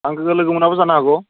आंखौ लोगो मोनाबो जानो हागौ